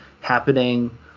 happening